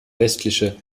westliche